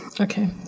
Okay